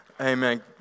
amen